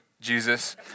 Jesus